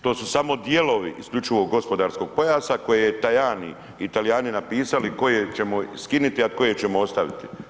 To su samo dijelovi isključivog gospodarskog pojasa koje je Tajani i Talijani napisali koje ćemo skinuti a koje ćemo ostaviti.